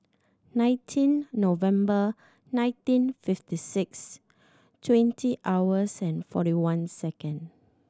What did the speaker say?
nineteen November nineteen fifty six twenty hours and forty one second